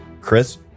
Chris